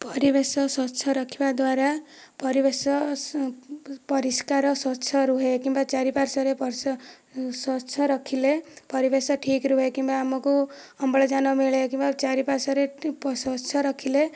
ପରିବେଶ ସ୍ୱଚ୍ଛ ରଖିବା ଦ୍ୱାରା ପରିବେଶ ପରିଷ୍କାର ସ୍ୱଚ୍ଛ ରୁହେ କିମ୍ବା ଚାରି ପାର୍ଶ୍ୱ ରେ ସ୍ୱଚ୍ଛ ରଖିଲେ ପରିବେଶ ଠିକ ରୁହେ କିମ୍ୱା ଆମକୁ ଅମ୍ଳଜାନ ମିଳେ କିମ୍ବା ଚାରି ପାର୍ଶ୍ୱରେ ସ୍ୱଚ୍ଛ ରଖିଲେ